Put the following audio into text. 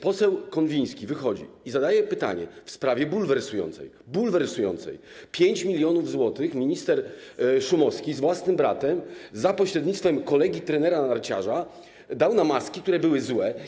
Poseł Konwiński wychodzi i zadaje pytanie w sprawie bulwersującej: 5 mln zł minister Szumowski z własnym bratem za pośrednictwem kolegi trenera, narciarza dał na maski, które były złe.